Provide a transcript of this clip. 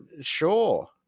Sure